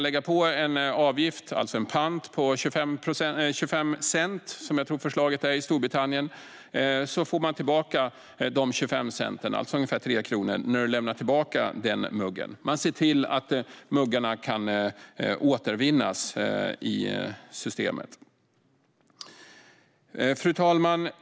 Om en avgift, en pant, på 25 pence läggs på muggen, som jag tror förslaget är i Storbritannien, kan kunden få tillbaka dessa 25 pence, alltså ungefär 3 kronor, när denna lämnar tillbaka muggen, och sedan återvinns muggarna i systemet. Fru talman!